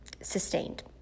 sustained